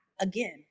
again